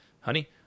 honey